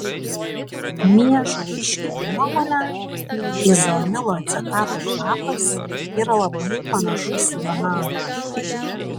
miežlaiškio nuomone izoamilo acetato kvapas yra labai panašus į bananų